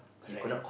correct